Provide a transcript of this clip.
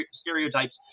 stereotypes